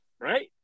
right